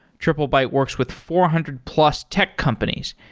triplebyte works with four hundred plus tech companies,